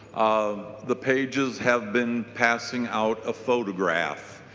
um the pages have been passing out a photograph.